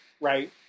right